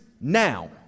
now